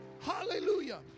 Hallelujah